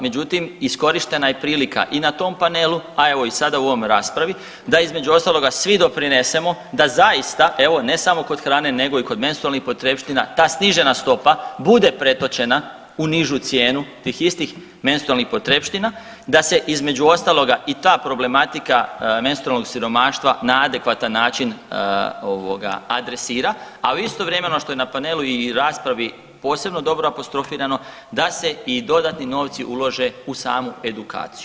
Međutim, iskorištena je prilika i na tom panelu, a evo i sada u ovoj raspravi, da između ostaloga svi doprinesemo da zaista evo ne samo kod hrane nego i kod menstrualnih potrepština ta snižena stopa bude pretočena u nižu cijenu tih istih menstrualnih potrepština, da se između ostaloga i ta problematika menstrualnog siromaštva na adekvatan način adresira a istovremeno što je na panelu i raspravi posebno dobro apostrofirano da se i dodatni novci ulože u samu edukaciju.